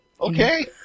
Okay